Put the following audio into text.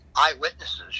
eyewitnesses